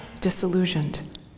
Disillusioned